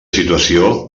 situació